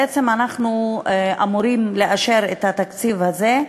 בעצם אנחנו אמורים לאשר את התקציב הזה,